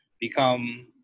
become